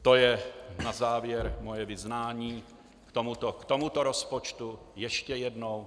To je na závěr moje vyznání k tomuto rozpočtu ještě jednou.